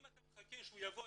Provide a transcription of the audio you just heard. אם אתה מחכה שהוא יבוא אליך,